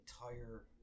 entire